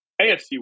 AFC